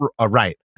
right